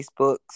facebooks